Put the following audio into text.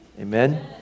Amen